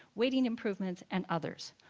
waiting improvements and others.